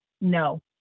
No